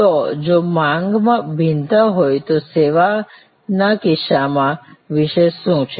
તો જો માંગમાં ભિન્નતા હોય તો સેવાના કિસ્સામાં વિશેષ શું છે